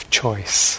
choice